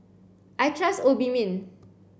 I trust Obimin